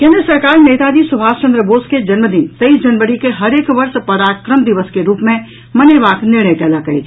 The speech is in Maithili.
केन्द्र सरकार नेताजी सुभाष चन्द्र बोस के जन्मदिन तेईस जनवरी के हरेक वर्ष पराक्रम दिवस के रूप मे मनेबाक निर्णय कलयक अछि